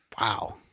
Wow